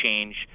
change